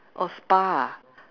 oh spa